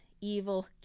evil